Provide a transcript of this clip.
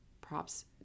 props